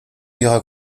ihrer